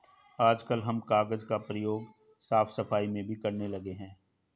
आजकल हम कागज का प्रयोग साफ सफाई में भी करने लगे हैं